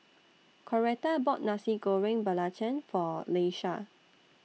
Coretta bought Nasi Goreng Belacan For Leisha